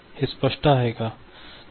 हे स्पष्ट आहे का